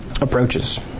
approaches